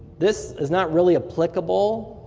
this is not really applicable,